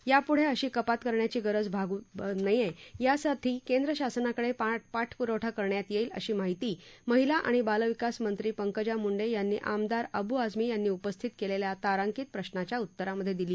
यापुढे अशी कपात करण्याची गरज भासू नये याकरिता केंद्र शासनाकडे पाठपुरावा करण्यात येईल अशी माहिती महिला आणि बालविकास मंत्री पंकजा मुंडे यांनी आमदार अबू आजमी यांनी उपस्थित केलेल्या तारांकीत प्रश्नाच्या उत्तरामध्ये दिली